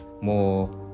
more